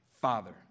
Father